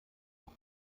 auch